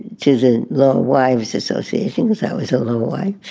to the the wives associations, i was a little boy,